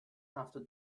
after